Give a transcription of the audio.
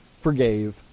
forgave